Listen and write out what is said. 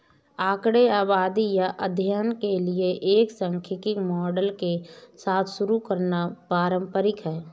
आंकड़े आबादी या अध्ययन के लिए एक सांख्यिकी मॉडल के साथ शुरू करना पारंपरिक है